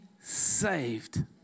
saved